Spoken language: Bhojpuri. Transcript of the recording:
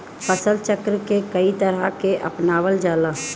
फसल चक्र के कयी तरह के अपनावल जाला?